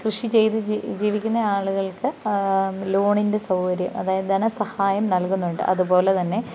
കൃഷി ചെയ്ത് ജീവിക്കുന്ന ആളുകൾക്ക് ലോണിൻ്റെ സൗകര്യം ആതായത് ധനസഹായം നൽകുന്നുണ്ട് അതുപോലെ തന്നെ